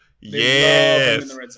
Yes